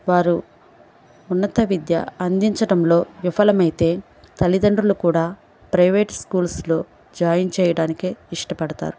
వారు ఉన్నత విద్య అందించటంలో విఫలమైతే తల్లిదండ్రులు కూడా ప్రైవేట్ స్కూల్స్లో జాయిన్ చేయడానికే ఇష్టపడతారు